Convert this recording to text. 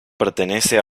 pertenece